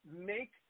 make